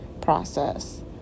process